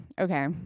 okay